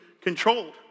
controlled